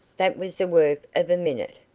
that was the work of a minute,